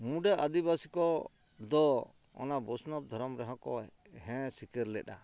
ᱢᱩᱰᱟᱹ ᱟᱹᱫᱤᱵᱟᱥᱤ ᱠᱚ ᱫᱚ ᱚᱱᱟ ᱵᱚᱥᱱᱚᱵᱽ ᱫᱷᱚᱨᱚᱢ ᱨᱮᱦᱚᱸ ᱠᱚ ᱦᱮᱸ ᱥᱤᱠᱟᱹᱨ ᱞᱮᱫᱼᱟ